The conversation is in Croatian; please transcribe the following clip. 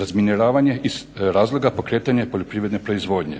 razminiravanje iz razloga pokretanja poljoprivredne proizvodnje.